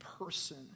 person